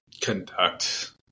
conduct